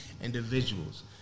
individuals